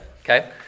okay